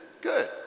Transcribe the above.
good